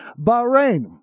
Bahrain